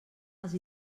els